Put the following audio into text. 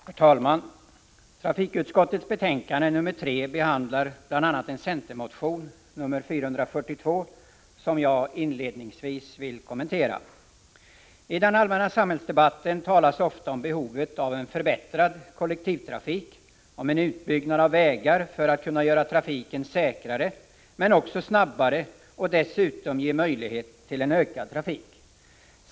Herr talman! Trafikutskottets betänkande 3 behandlar bl.a. en centermotion, nr 442, som jag inledningsvis vill kommentera. I den allmänna samhällsdebatten talas ofta om behovet av en förbättrad kollektivtrafik, om behovet av en utbyggnad av vägar för att kunna göra trafiken säkrare men också snabbare och dessutom ge möjlighet till en ökad trafik.